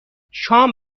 شام